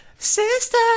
sister